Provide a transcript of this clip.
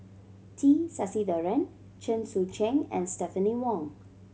T Sasitharan Chen Sucheng and Stephanie Wong